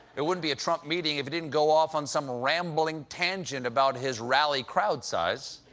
it wouldn't be a trump meeting if he didn't go off on some rambling tangent about his rally crowd size.